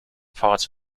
parts